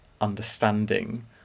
understanding